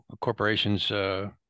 corporations